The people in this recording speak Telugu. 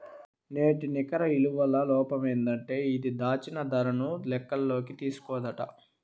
నేటి నికర ఇలువల లోపమేందంటే అది, దాచిన దరను లెక్కల్లోకి తీస్కోదట